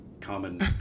common